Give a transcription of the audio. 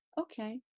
Okay